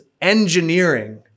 engineering